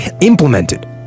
implemented